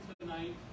tonight